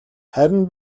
харин